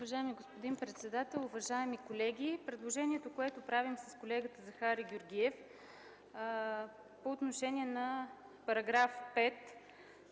Уважаеми господин председател, уважаеми колеги! Предложението, което правим с колегата Захари Георгиев по отношение на § 5,